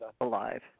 alive